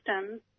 system